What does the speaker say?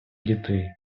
дітей